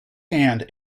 hand